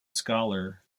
scholar